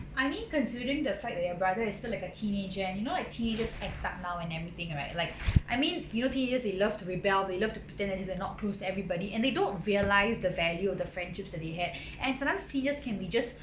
I mean considering the face that your brother is still like a teenager and you know like teenagers act up now and everything right like I mean you know teenagers they love to rebel they love to pretend as if they are not close to everybody and they don't realise the value of the friendships that they had and some times teenagers can be just